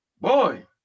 Boy